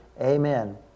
Amen